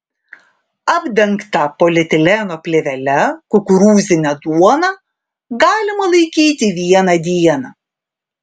apdengtą polietileno plėvele kukurūzinę duoną galima laikyti vieną dieną